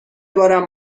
بارم